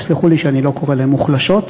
תסלחו לי שאני לא קורא להן מוחלשות,